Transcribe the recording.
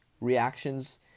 reactions